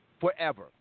forever